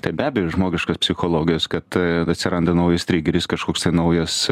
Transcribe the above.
tai be abejo iš žmogiškos psichologijos kad atsiranda naujas trigeris kažkoks tai naujas